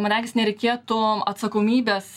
man regis nereikėtų atsakomybės